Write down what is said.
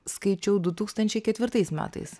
skaičiau du tūkstančiai ketvirtais metais